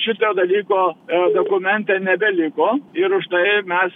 šito dalyko dokumente nebeliko ir už tai mes